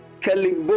Kelly